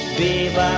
babe